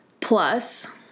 plus